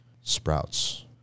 sprouts